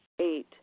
Eight